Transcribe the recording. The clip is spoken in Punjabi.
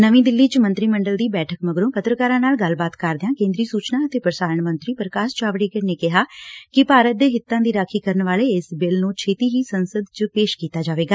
ਨਵੀ ਦਿੱਲੀ ਚ ਮੰਤਰੀ ਮੰਡਲ ਦੀ ਬੈਠਕ ਮਗਰੋਂ ਪੱਤਰਕਾਰਾਂ ਨਾਲ ਗੱਲਬਾਤ ਕਰਦਿਆਂ ਕੇਂਦਰੀ ਸੁਚਨਾ ਅਤੇ ਪ੍ਰਸਾਰਣ ਮੰਤਰੀ ਪ੍ਰਕਾਸ਼ ਜਾਵੜੇਕਰ ਨੇ ਕਿਹਾ ਕਿ ਭਾਰਤ ਦੇ ਹਿੱਡਾ ਦੀ ਰਾਖੀ ਕਰਨ ਵਾਲੇ ਇਸ ਬਿੱਲ ਨੂੰ ਛੇਡੀ ਹੀ ਸੰਸਦ ਚ ਪੇਸ਼ ਕੀਡਾ ਜਾਵੇਗਾ